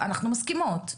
אנחנו מסכימות.